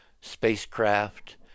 spacecraft